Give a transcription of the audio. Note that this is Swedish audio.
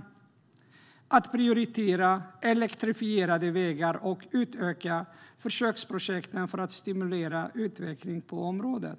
Det handlar om att prioritera elektrifierade vägar och utöka försöksprojekten för att stimulera utveckling på området. Det handlar